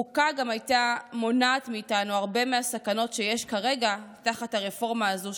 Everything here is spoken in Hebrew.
חוקה גם הייתה מונעת מאיתנו הרבה מהסכנות שיש כרגע תחת הרפורמה הזו,